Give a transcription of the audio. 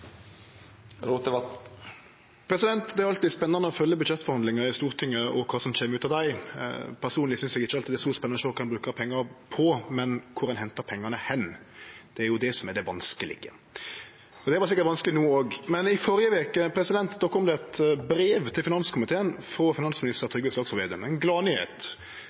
Det er alltid spennande å følgje budsjettforhandlingar i Stortinget og kva som kjem ut av dei. Personleg synest eg ikkje alltid det er så spennande å sjå kva ein bruker pengar på, men kvar ein hentar pengane frå. Det er jo det som det vanskelege – det var sikkert vanskeleg no òg. Men i førre veke kom det eit brev til finanskomiteen frå finansminister